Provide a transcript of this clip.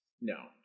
No